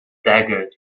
dagger